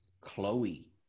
Chloe